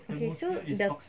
okay so the